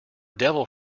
devil